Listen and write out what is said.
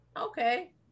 Okay